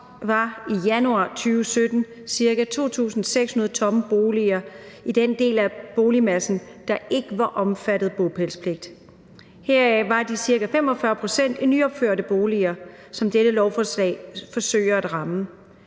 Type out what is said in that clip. i januar 2017 var ca. 2.600 tomme boliger i den del af boligmassen, der ikke var omfattet af bopælspligt. Heraf var de ca. 45 pct. i nyopførte boliger, som dette lovforslag forsøger at ramme.